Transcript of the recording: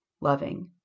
loving